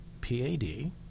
PAD